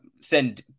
send